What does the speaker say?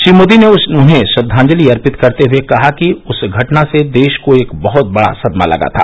श्री मोदी ने उन्हें श्रद्धांजलि अर्पित करते हुए कहा कि उस घटना से देश को एक बहुत बड़ा सदमा लगा था